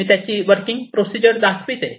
मी त्याची working procedure दाखविते